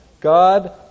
God